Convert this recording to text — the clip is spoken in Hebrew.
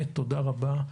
תודה רבה,